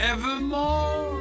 Evermore